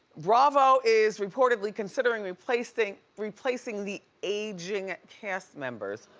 bravo is reportedly considering replacing replacing the aging cast members.